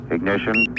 Ignition